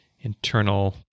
internal